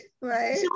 right